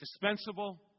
dispensable